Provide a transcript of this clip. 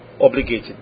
obligated